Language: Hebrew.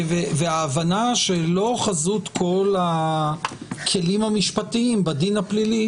והבנה שלא חזות כול הכלים המשפטיים בדין הפלילי